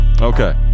Okay